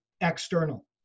external